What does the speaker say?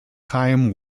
chaim